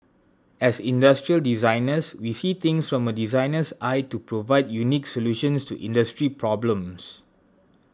as industrial designers we see things from a designer's eye to provide unique solutions to industry problems